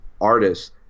artists